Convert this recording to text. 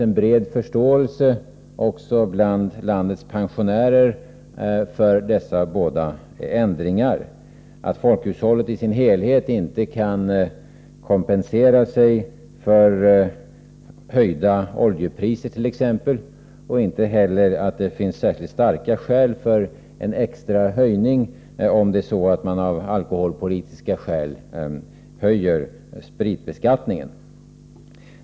Jag tror att det också bland landets pensionärer finns en bred förståelse för dessa båda ändringar. Folkhushållet i sin helhet kan inte kompensera sig för t.ex. höjda oljepriser. Inte heller finns det skäl för extra höjning, om man av alkoholpolitiska orsaker ökar spritbeskattningen.